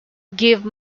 give